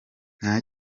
nta